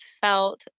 felt